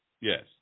Yes